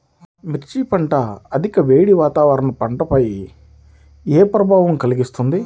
మిర్చి పంట అధిక వేడి వాతావరణం పంటపై ఏ ప్రభావం కలిగిస్తుంది?